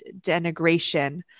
denigration